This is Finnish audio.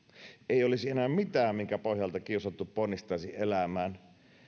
ei olisi enää mitään minkä pohjalta kiusattu ponnistaisi elämään